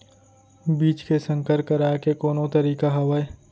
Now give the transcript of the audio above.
बीज के संकर कराय के कोनो तरीका हावय?